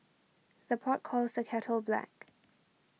the pot calls the kettle black